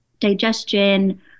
digestion